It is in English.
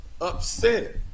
upset